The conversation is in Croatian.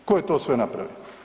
Tko je to sve napravio?